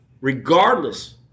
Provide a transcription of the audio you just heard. regardless